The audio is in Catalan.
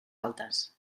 altes